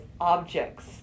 objects